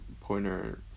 pointer